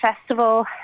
festival